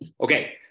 Okay